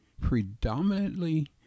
predominantly